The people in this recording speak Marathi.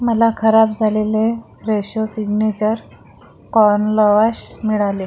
मला खराब झालेले फ्रेशो सिग्नेचर कॉर्न लवाश मिळाले